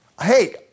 hey